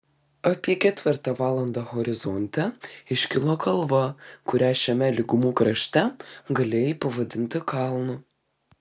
apie ketvirtą valandą horizonte iškilo kalva kurią šiame lygumų krašte galėjai pavadinti kalnu